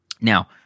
Now